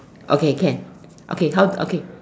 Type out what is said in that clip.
okay can okay how okay